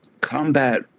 combat